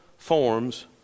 forms